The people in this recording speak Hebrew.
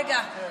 רגע.